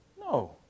No